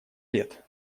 лет